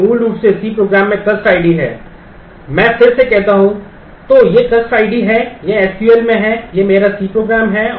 और यह एक पत्राचार है